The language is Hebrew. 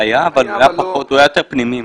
היה, אבל הוא היה יותר פנימי.